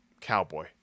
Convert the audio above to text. cowboy